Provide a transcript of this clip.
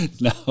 no